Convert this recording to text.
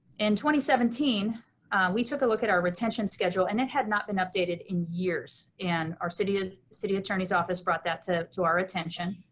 and seventeen we took a look at our retention schedule and it had not been updated in years, and our city ah city attorney's office brought that to to our attention.